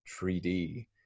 3D